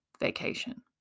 vacation